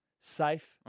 safe